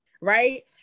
Right